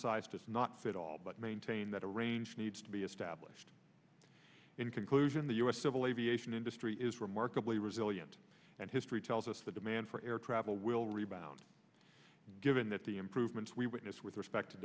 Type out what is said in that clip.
size does not fit all but maintain that a range needs to be established in conclusion the u s civil aviation industry is remarkably resilient and history tells us the demand for air travel will rebound given that the improvements we witnessed with respect to